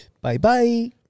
Bye-bye